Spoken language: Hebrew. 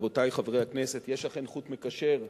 רבותי חברי הכנסת, יש אכן חוט מקשר,